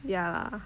ya